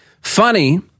funny